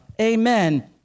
Amen